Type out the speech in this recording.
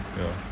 ya